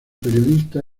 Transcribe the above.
periodista